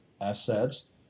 assets